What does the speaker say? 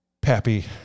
Pappy